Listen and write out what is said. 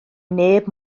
neb